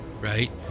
right